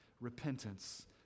repentance